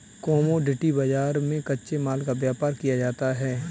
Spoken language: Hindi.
कोमोडिटी बाजार में कच्चे माल का व्यापार किया जाता है